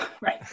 Right